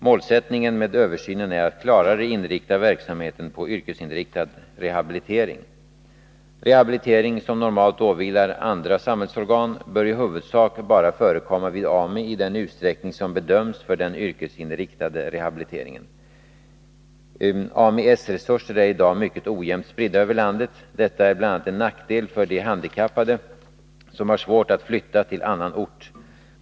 Målsättningen med översynen är att klarare inrikta verksamheten på yrkesinriktad rehabilitering. Rehabilitering, som normalt åvilar andra samhällsorgan, bör i huvudsak bara förekomma vid Ami i den utsträckning som behövs för den yrkesinriktade rehabiliteringen. Ami-S resurser är i dag mycket ojämnt spridda över landet. Detta är en nackdel bl.a. för de handikappade som har svårt att flytta till annan ort.